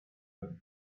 him